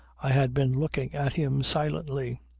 i had been looking at him silently.